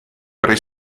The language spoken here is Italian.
pre